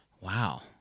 Wow